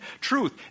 truth